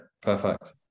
perfect